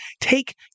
take